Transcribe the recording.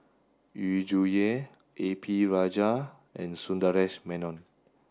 Yu Zhuye A P Rajah and Sundaresh Menon